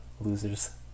Losers